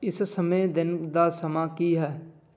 ਇਸ ਸਮੇਂ ਦਿਨ ਦਾ ਸਮਾਂ ਕੀ ਹੈ